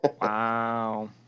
Wow